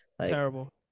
Terrible